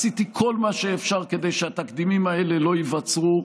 עשיתי כל מה שאפשר כדי שהתקדימים האלה לא ייווצרו,